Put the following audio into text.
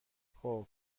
خوب